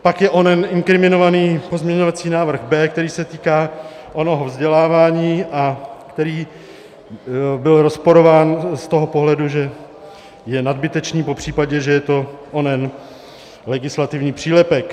Pak je onen inkriminovaný pozměňovací návrh B, který se týká onoho vzdělávání a který byl rozporován z toho pohledu, že je nadbytečný, popřípadě že je to onen legislativní přílepek.